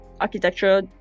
architecture